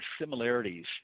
similarities